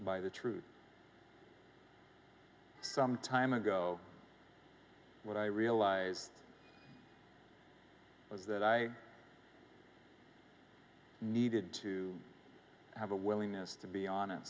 by the truth some time ago when i realized that i needed to have a willingness to be hon